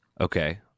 Okay